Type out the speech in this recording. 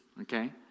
okay